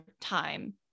time